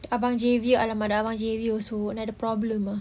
abang !alamak! abang also another problem ah